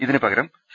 ഇതി നുപകരം സി